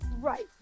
Right